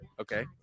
okay